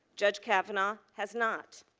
judge kavanaugh has not.